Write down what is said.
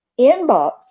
inbox